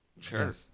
Sure